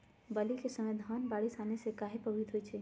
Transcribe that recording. बली क समय धन बारिस आने से कहे पभवित होई छई?